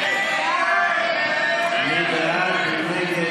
מי בעד?